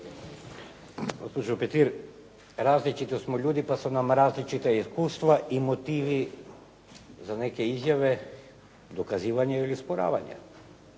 Gospođo Petir, različiti smo ljudi pa su nam različita iskustva i motivi za neke izjave, dokazivanje ili osporavanje.